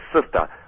sister